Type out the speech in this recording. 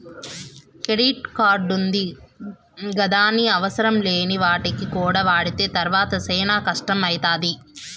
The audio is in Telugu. కెడిట్ కార్డుంది గదాని అవసరంలేని వాటికి కూడా వాడితే తర్వాత సేనా కట్టం అయితాది